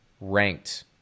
ranked